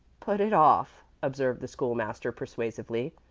put it off, observed the school-master, persuasively.